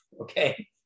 Okay